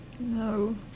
No